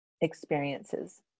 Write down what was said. experiences